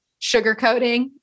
sugarcoating